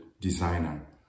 Designer